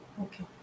Okay